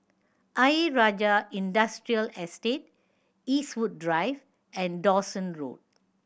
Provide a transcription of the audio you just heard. Ayer Rajah Industrial Estate Eastwood Drive and Dawson Road